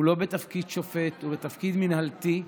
הוא לא בתפקיד שופט, הוא בתפקיד מינהלתי,